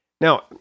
Now